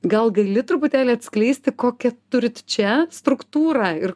gal gali truputėlį atskleisti kokią turit čia struktūrą ir